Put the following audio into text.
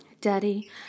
Daddy